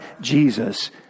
Jesus